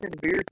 beer